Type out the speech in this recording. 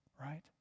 Right